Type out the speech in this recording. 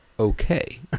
okay